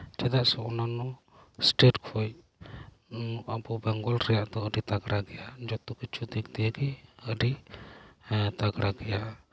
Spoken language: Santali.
ᱪᱮᱫᱟᱜ ᱥᱮ ᱚᱱᱱᱟ ᱚᱱᱱᱚ ᱮᱥᱴᱮᱴ ᱠᱷᱚᱱ ᱟᱵᱚ ᱵᱮᱝᱜᱚᱞ ᱨᱮᱭᱟᱜ ᱫᱚ ᱟᱹᱰᱤ ᱛᱟᱜᱲᱟ ᱜᱮᱭᱟ ᱡᱚᱛᱚ ᱠᱤᱪᱷᱩ ᱫᱤᱠ ᱫᱤᱭᱮ ᱜᱮ ᱟᱹᱰᱤ ᱛᱟᱜᱽᱲᱟ ᱜᱮᱭᱟ